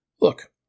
look